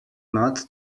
not